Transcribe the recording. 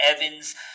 Evans